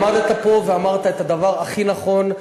עמדת פה ואמרת את הדבר הכי נכון,